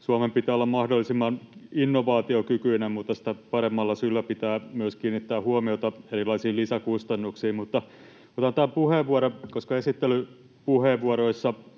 Suomen pitää olla mahdollisimman innovaatiokykyinen, mutta sitä paremmalla syyllä pitää myös kiinnittää huomiota erilaisiin lisäkustannuksiin. Otin tämän puheenvuoron, koska esittelypuheenvuorossa ja